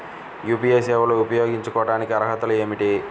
UPI సేవలు ఉపయోగించుకోటానికి అర్హతలు ఏమిటీ?